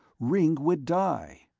ringg would die.